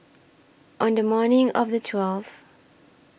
on The morning of The twelfth